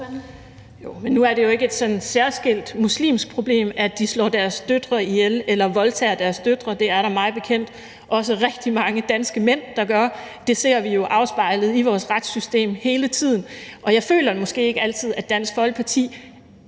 nu er det jo ikke sådan et særskilt muslimsk problem, at fædre slår deres døtre ihjel eller voldtager deres døtre. Det er der mig bekendt også rigtig mange danske mænd der gør; det ser vi jo afspejlet i vores retssystem hele tiden. Og jeg føler måske ikke altid, at Dansk Folkeparti